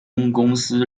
公司